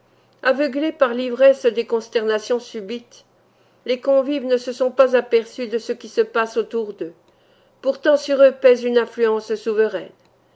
aveuglés par l'ivresse des consternations subites les convives ne se sont pas aperçus de ce qui se passe autour d'eux pourtant sur eux pèse une influence souveraine